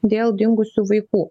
dėl dingusių vaikų